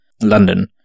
London